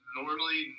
normally